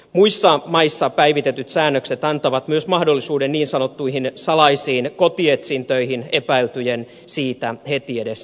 muissa maissa päivitetyt säännökset antavat myös mahdollisuuden niin sanottuihin salaisiin kotietsintöihin epäiltyjen siitä heti edes tietämättä